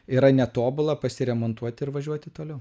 yra netobula pasiremontuoti ir važiuoti toliau